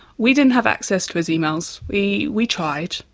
we didn't have access to his emails. we we tried.